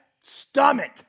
stomach